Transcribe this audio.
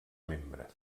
membre